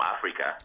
Africa